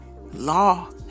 law